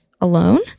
alone